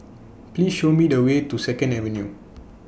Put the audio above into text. Please Show Me The Way to Second Avenue